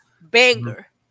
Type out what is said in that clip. banger